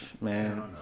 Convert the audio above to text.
Man